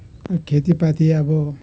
खेतीपाती अब